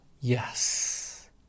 Yes